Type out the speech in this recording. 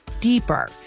deeper